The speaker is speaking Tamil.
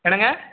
என்னங்க